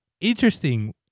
Interesting